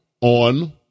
on